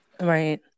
Right